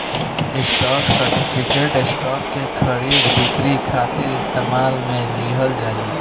stock certificate, stock के खरीद बिक्री खातिर इस्तेमाल में लिहल जाला